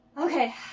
okay